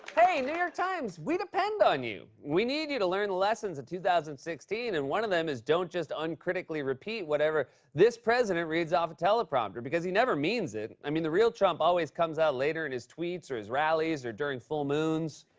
hey, new york times, we depend on you. we need you to learn the lessons of two thousand and sixteen, and one of them is don't just uncritically repeat whatever this president reads off a teleprompter, because he never means it. i mean, the real trump always comes out later in his tweets or his rallies or during full moons.